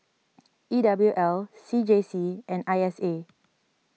E W L C J C and I S A